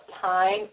time